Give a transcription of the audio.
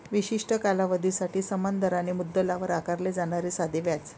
विशिष्ट कालावधीसाठी समान दराने मुद्दलावर आकारले जाणारे साधे व्याज